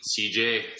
CJ